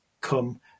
come